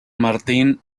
martín